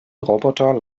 roboter